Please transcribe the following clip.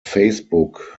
facebook